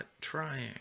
trying